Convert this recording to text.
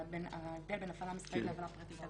על ההבדל בין הפעלה מסחרית להפעלה פרטית.